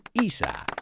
Isa